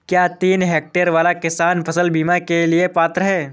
क्या तीन हेक्टेयर वाला किसान फसल बीमा के लिए पात्र हैं?